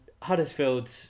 Huddersfield